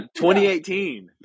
2018